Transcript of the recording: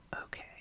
Okay